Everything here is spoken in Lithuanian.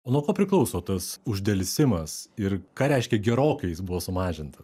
nuo ko priklauso tas uždelsimas ir ką reiškia gerokai jis buvo sumažintas